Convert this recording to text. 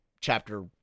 chapter